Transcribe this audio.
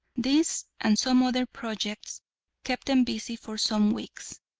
this and some other projects kept them busy for some weeks,